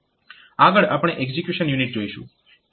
આગળ આપણે execution unit જોઈશું